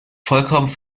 vollkommen